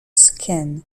skin